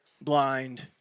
blind